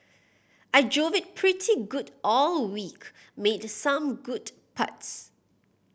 I drove it pretty good all week made some good putts